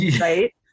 right